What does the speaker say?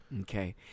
Okay